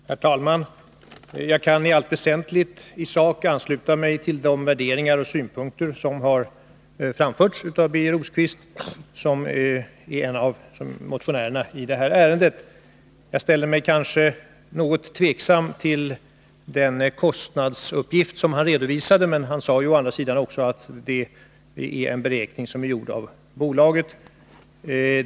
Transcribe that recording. Nr 99 Herr talman! Jag kan i allt väsentligt i sak ansluta mig till de värderingar Torsdagen den och synpunkter som har framförts av Birger Rosqvist, som är en av 19 mars 1981 motionärerna i det här ärendet. Jag ställer mig kanske något tveksam till den kostnadsuppgift som han redovisade, men han sade å andra sidan också att Ersättningsandet var en beräkning som gjorts av bolaget.